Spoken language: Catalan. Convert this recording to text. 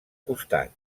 costat